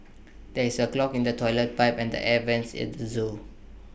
there is A clog in the Toilet Pipe and the air Vents at the Zoo